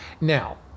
Now